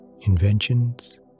inventions